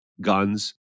guns